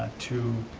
to